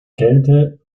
kälte